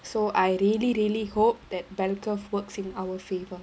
so I really really hope that bell curve works in our favour